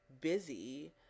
busy